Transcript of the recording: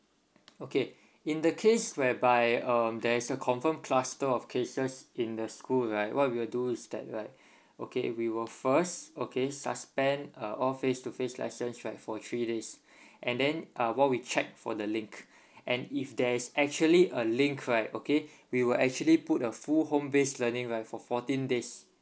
okay in the case whereby um there is a confirmed cluster of cases in the school right what we'll do is that right okay we will first okay suspend uh all face to face license right for three days and then uh while we check for the link and if there's actually a link right okay we will actually put a full home based learning right for fourteen days